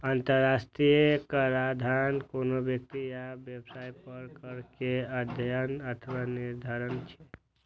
अंतरराष्ट्रीय कराधान कोनो व्यक्ति या व्यवसाय पर कर केर अध्ययन अथवा निर्धारण छियै